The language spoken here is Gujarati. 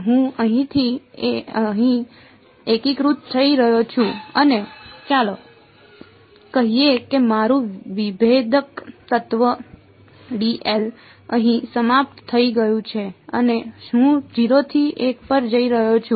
હું અહીંથી અહીં એકીકૃત થઈ રહ્યો છું અને ચાલો કહીએ કે મારું વિભેદક તત્વ અહીં સમાપ્ત થઈ ગયું છે અને હું 0 થી પર જઈ રહ્યો છું